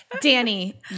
Danny